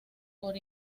por